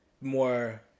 more